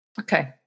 Okay